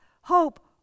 hope